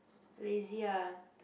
lazy lah